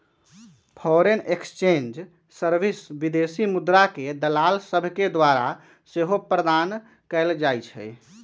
foreign exchange service विदेशी मुद्राके दलाल सभके द्वारा सेहो प्रदान कएल जाइ छइ